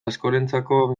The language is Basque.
askorentzako